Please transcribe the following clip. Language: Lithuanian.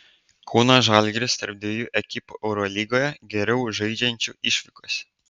kauno žalgiris tarp dviejų ekipų eurolygoje geriau žaidžiančių išvykose